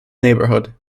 neighborhood